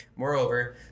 Moreover